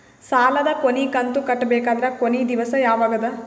ಸಾಲದ ಕೊನಿ ಕಂತು ಕಟ್ಟಬೇಕಾದರ ಕೊನಿ ದಿವಸ ಯಾವಗದ?